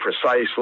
precisely